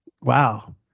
Wow